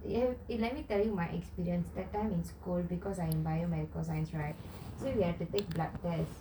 let me tell you my experience that time in school because I'm in biomedical right so we have to take blood tests